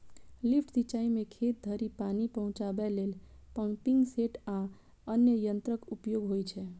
lift सिंचाइ मे खेत धरि पानि पहुंचाबै लेल पंपिंग सेट आ अन्य यंत्रक उपयोग होइ छै